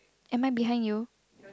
am I behind you